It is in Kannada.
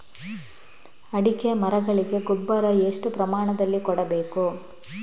ಅಡಿಕೆ ಮರಗಳಿಗೆ ಗೊಬ್ಬರ ಎಷ್ಟು ಪ್ರಮಾಣದಲ್ಲಿ ಕೊಡಬೇಕು?